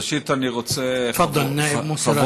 ראשית, אני רוצה, תפדל, א-נאאב מוסי רז.